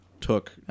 took